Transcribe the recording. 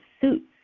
suits